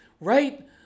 right